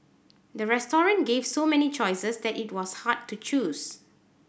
the restaurant gave so many choices that it was hard to choose